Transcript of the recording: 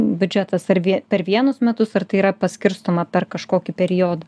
biudžetas ar vie per vienus metus ar tai yra paskirstoma per kažkokį periodą